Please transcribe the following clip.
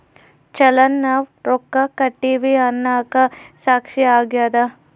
ಚಲನ್ ನಾವ್ ರೊಕ್ಕ ಕಟ್ಟಿವಿ ಅನ್ನಕ ಸಾಕ್ಷಿ ಆಗ್ಯದ